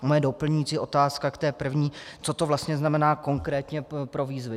Moje doplňující otázka k té první, co to vlastně znamená konkrétně pro výzvy.